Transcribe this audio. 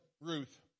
Ruth